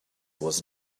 was